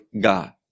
God